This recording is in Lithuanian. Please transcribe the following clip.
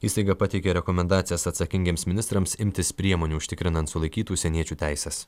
įstaiga pateikė rekomendacijas atsakingiems ministrams imtis priemonių užtikrinant sulaikytų užsieniečių teises